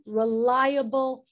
reliable